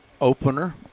opener